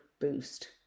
boost